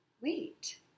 Wait